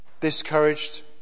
Discouraged